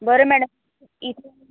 बरं मॅडम